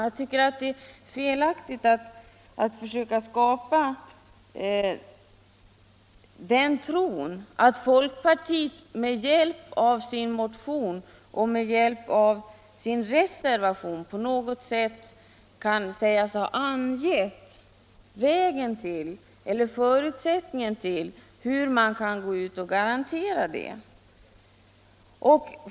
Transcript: Jag tycker att det är felaktigt att försöka skapa den tron att folkpartiet med hjälp av sin motion och sin reservation på något sätt har angivit förutsättningarna för genomförandet av en sådan garanti.